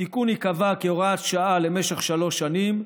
התיקון ייקבע כהוראת שעה למשך שלוש שנים,